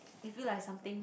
you feel like something